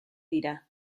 dira